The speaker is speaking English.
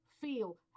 feel